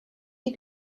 die